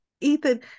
ethan